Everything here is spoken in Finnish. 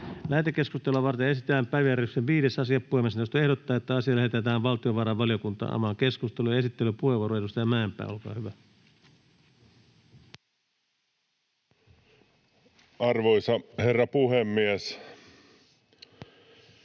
Lähetekeskustelua varten esitellään päiväjärjestyksen 5. asia. Puhemiesneuvosto ehdottaa, että asia lähetetään valtiovarainvaliokuntaan. — Avaan keskustelun. Esittelypuheenvuoro, edustaja Mäenpää, olkaa hyvä. [Speech 156] Speaker: